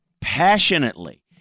passionately